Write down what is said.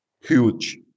huge